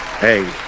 Hey